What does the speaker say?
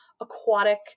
aquatic